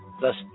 thus